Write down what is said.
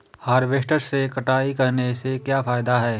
Harvester से कटाई करने से क्या फायदा है?